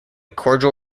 cordial